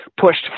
pushed